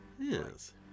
Yes